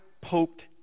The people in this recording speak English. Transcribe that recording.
poked